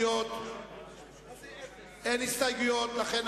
אנחנו אישרנו את תקציב נציבות שוויון